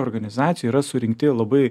organizacijoj yra surinkti labai